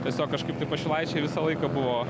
tiesiog kažkaip tai pašilaičiai visą laiką buvo